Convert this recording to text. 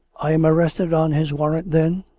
i am arrested on his warrant, then.